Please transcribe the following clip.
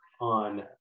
on